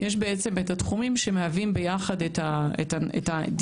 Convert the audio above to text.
יש את התחומים שמהווים ביחד את הדיסציפלינה